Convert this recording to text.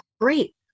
great